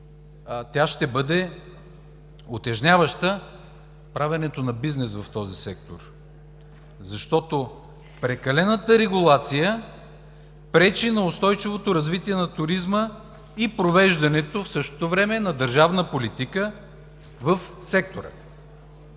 тя ще бъде утежняваща в правенето на бизнес в този сектор, защото прекалената регулация пречи на устойчивото развитие на туризма и провеждането в същото време на държавна политика в сектора.